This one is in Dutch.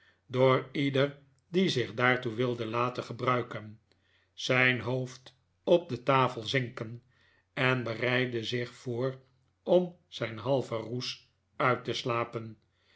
door ieder die zich daartoe wilde laten gebruiken zijn hoofd op de tafel zinken en bereidde zich voor om zijn halven roes uit te slapen